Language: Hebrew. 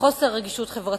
וחוסר רגישות חברתית.